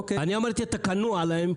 אמרתי שאתה כנוע להם,